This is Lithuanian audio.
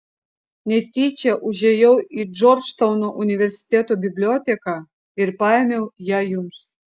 netyčia užėjau į džordžtauno universiteto biblioteką ir paėmiau ją jums